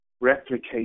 replicate